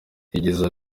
yagize